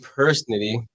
personally